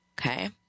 Okay